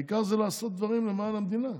העיקר זה לעשות דברים למען המדינה,